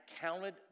counted